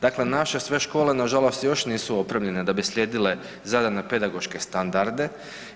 Dakle, naše sve škole na žalost još nisu opremljene da bi slijedile zadane pedagoške standarde